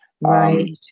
Right